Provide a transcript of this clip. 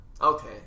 Okay